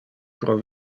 pro